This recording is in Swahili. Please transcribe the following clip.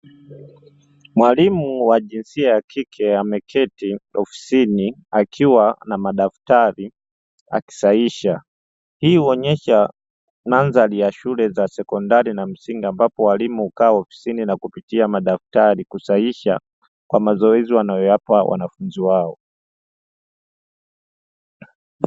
Mwalimu wa jinsia ya kike ameketi ofisini akiwa na madaftari akisahihisha. Hii huonyesha mandhari ya shule za sekondari na msingi ambapo walimu hukaa ofisini na kupitia madaftari kusahihisha kwa mazoezi wanayowapa wanafunzi wao.